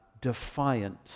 defiant